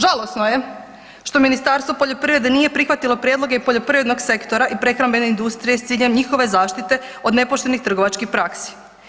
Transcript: Žalosno je što Ministarstvo poljoprivrede nije prihvatilo prijedloge poljoprivrednog sektora i prehrambene industrije s ciljem njihove zaštite od nepoštenih trgovačkih praksi.